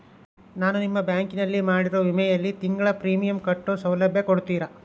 ನಾನು ನಿಮ್ಮ ಬ್ಯಾಂಕಿನಲ್ಲಿ ಮಾಡಿರೋ ವಿಮೆಯಲ್ಲಿ ತಿಂಗಳ ಪ್ರೇಮಿಯಂ ಕಟ್ಟೋ ಸೌಲಭ್ಯ ಕೊಡ್ತೇರಾ?